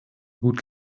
gut